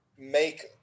make